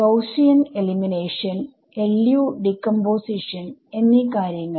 Gaussian elimination LU ഡികംപോസിഷൻഎന്നീ കാര്യങ്ങൾ